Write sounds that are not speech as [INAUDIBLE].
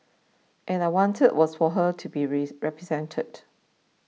and I wanted was for her to be [UNINTELLIGIBLE] represented